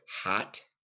hot